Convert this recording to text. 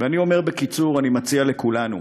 ואני אומר בקיצור, אני מציע לכולנו